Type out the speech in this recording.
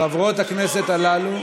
חברות הכנסת הללו.